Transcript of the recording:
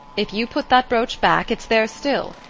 if you put that brooch back it's there still.